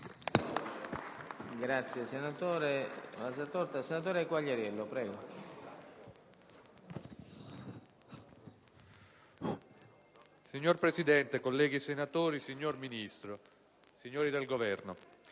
Signor Presidente, colleghi senatori, signor Ministro, signori del Governo,